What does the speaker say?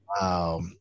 Wow